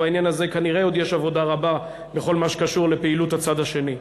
ובעניין הזה כנראה יש עוד עבודה רבה בכל מה שקשור לפעילות הצד השני.